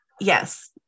Yes